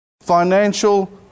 financial